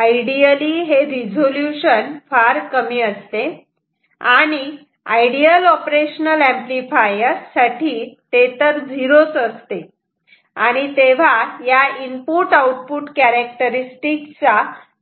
ideally हे resolution फार कमी असते आणि आयडियल ऑपरेशनल ऍम्प्लिफायर साठी ते झिरो असते आणि तेव्हा या इनपुट आउटपुट कॅरेक्टरिस्टिक चा